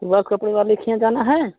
उआ कपड़े वाले की यहाँ जाना है